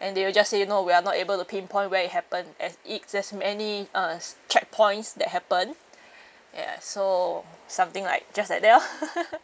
and they will just say no we are not able to pinpoint where it happened as it there's many uh checkpoints that happen ya so something like just like that lor